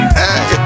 hey